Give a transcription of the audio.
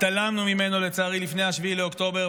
התעלמנו ממנו לצערי לפני 7 באוקטובר,